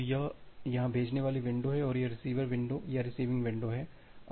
तो यह यहाँ भेजने वाली विंडो है और यह रिसीवर विंडो या रिसीविंग विंडो है